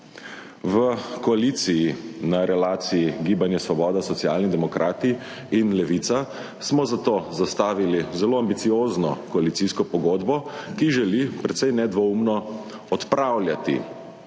V koaliciji na relaciji Gibanje Svoboda, Socialni demokrati in Levica smo zato zastavili zelo ambiciozno koalicijsko pogodbo, ki želi precej nedvoumno odpravljati